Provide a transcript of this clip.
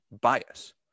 bias